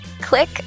click